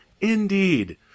indeed